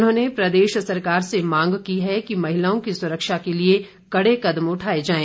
उन्होंने प्रदेश सरकार से मांग की है कि महिलाओं की सुरक्षा के लिए कड़े कदम उठाए जाएं